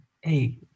hey